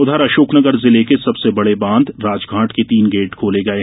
उधर ँअशोकनगर जिले के सबसे बड़े बांध राजघाट के तीन गेट खोले गये